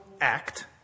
act